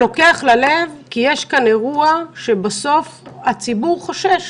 יש כאן אירוע שבסוף הציבור חושש